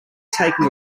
taking